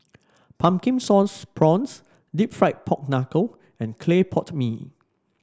Pumpkin Sauce Prawns deep fried Pork Knuckle and Clay Pot Mee